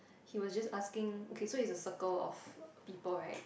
he was just asking okay so it's a circle of people right